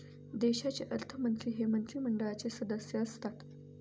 देशाचे अर्थमंत्री हे मंत्रिमंडळाचे सदस्य असतात